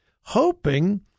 hoping